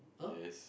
yes